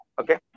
Okay